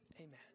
amen